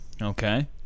Okay